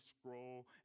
scroll